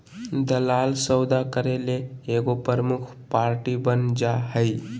दलाल सौदा करे ले एगो प्रमुख पार्टी बन जा हइ